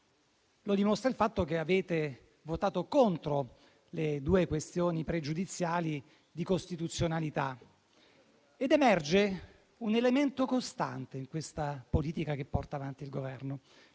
Lo dimostra il fatto che avete votato contro le questioni pregiudiziali di costituzionalità ed emerge un elemento costante in questa politica che porta avanti il Governo: